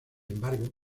embargo